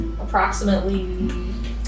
Approximately